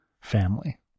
family